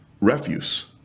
refuse